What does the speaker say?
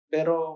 Pero